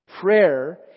prayer